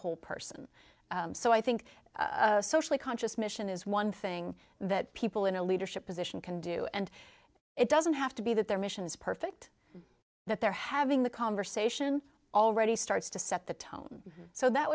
whole person so i think socially conscious mission is one thing that people in a leadership position can do and it doesn't have to be that their mission is perfect that they're having the conversation already starts to set the tone so that